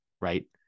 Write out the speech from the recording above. Right